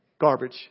garbage